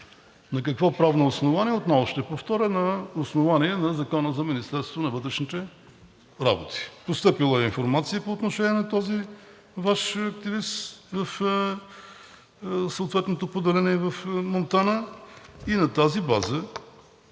На какво правно основание? Отново ще повторя: на основание Закона за Министерството на вътрешните работи. Постъпила е информация по отношение на този Ваш активист в съответното поделение в Монтана и на тази база